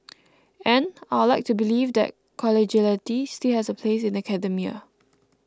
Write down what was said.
and I'd like to believe that collegiality still has a place in academia